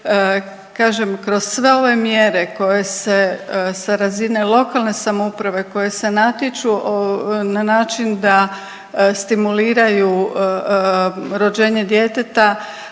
kažem, kroz sve ove mjere koje se sa razine lokalne samouprave koje se natječu na način da stimuliraju rođenje djeteta,